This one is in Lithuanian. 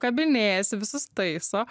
kabinėjasi visus taiso